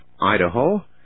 Idaho